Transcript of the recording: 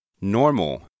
Normal